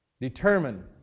Determine